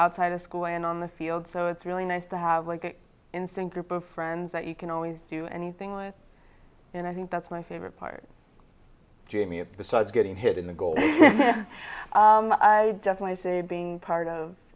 outside of school and on the field so it's really nice to have instant group of friends that you can always do anything with and i think that's my favorite part jamie of besides getting hit in the goal i would definitely say being part of